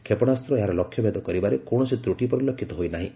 କ୍ଷେପଣାସ୍ତ୍ର ଏହାର ଲକ୍ଷ୍ୟଭେଦ କରିବାରେ କୌଣସି ତ୍ରୁଟି ପରିଲକ୍ଷିତ ହୋଇନାହିଁ